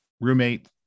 roommate